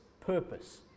purpose